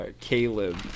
caleb